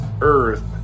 earth